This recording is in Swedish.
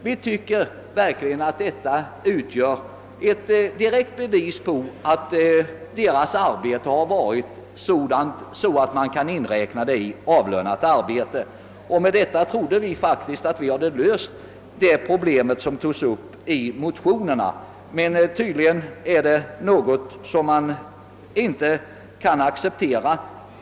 Vi tycker verkligen att detta är ett direkt bevis på att deras arbete är sådant att det kan likställas med avlönat. Härmed trodde vi faktiskt att vi löst det problem som tagits upp i motionerna, men tydligen är det något som man inte kan acceptera.